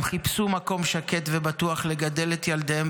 הם חיפשו מקום שקט ובטוח לגדל את ילדיהם,